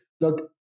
look